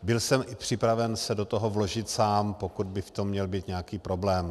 Byl jsem i připraven se to toho vložit sám, pokud by v tom měl být nějaký problém.